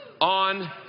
on